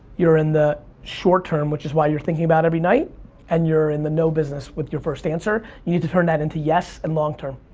you're in the short term, which is why you're thinking about every night and you're in the no business with your first answer. you need to turn that into yes and long term.